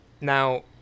now